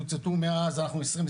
מאז אנחנו 2022